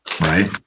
Right